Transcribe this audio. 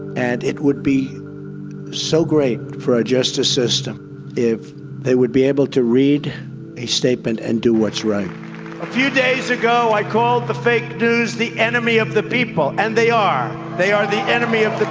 and it would be so great for our justice system if they would be able to read a statement and do what is right. a few days ago i called the fake news the enemy of the people, and they are, they are the enemy of the